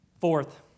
Fourth